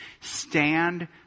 stand